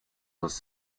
was